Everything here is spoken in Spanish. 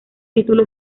título